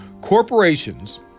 Corporations